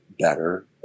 better